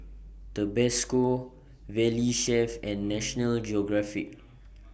Tabasco Valley Chef and National Geographic